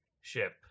ship